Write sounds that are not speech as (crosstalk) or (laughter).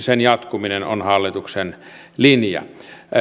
(unintelligible) sen jatkuminen on hallituksen linja